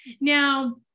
Now